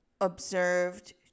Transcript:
observed